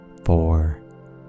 Four